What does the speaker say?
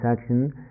action